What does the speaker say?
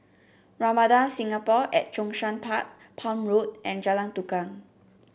Ramada Singapore at Zhongshan Park Palm Road and Jalan Tukang